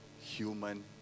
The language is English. human